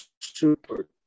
super